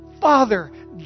Father